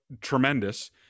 tremendous